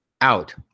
out